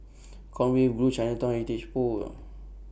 Conway Grove Chinatown Heritage